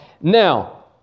now